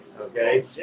Okay